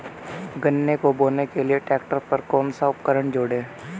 गन्ने को बोने के लिये ट्रैक्टर पर कौन सा उपकरण जोड़ें?